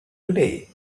today